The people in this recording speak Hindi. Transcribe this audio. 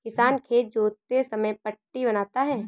किसान खेत जोतते समय पट्टी बनाता है